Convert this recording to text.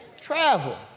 Travel